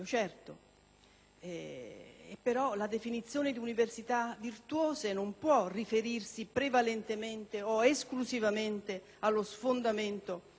però la definizione di università virtuose non può riferirsi prevalentemente o esclusivamente allo sfondamento o al non